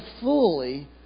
fully